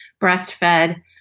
breastfed